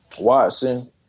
Watson